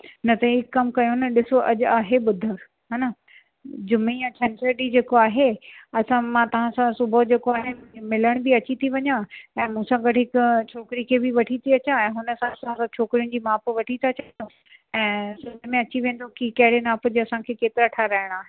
न त हिकु कयूं न ॾिसो अॼु आहे ॿुधर हान जुमे या छंछर ॾींहुं जेको आहे असां मां तव्हां सां सुबुह जेको आहे मिलण बि अची थी वञा ऐं मूं सां गॾु हिक छोकिरी खे बि वठी थी अचां ऐं हुन सां छोकिरियुनि जी माप वठी था छॾियूं ऐं हुन में अची वेंदो कि कहिड़े नाप जी असांखे केतिरा ठाहिराइणा आहिनि